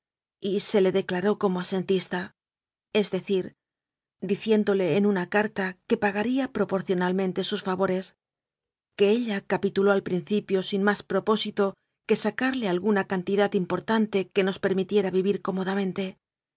y se le declaró como asentista es decir diciéndole en una carta que pagaría proporcionalmente sus favores que ella capituló al principio sin más propósito que sacarle alguna cantidad importante que nos permitiera vivir